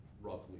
roughly